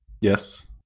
Yes